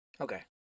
Okay